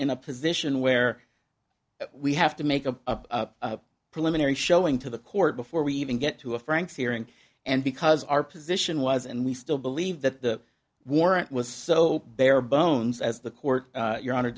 in a position where we have to make a preliminary showing to the court before we even get to a frank's hearing and because our position was and we still believe that the warrant was so barebones as the court your honor